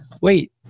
wait